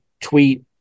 tweet